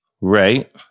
Right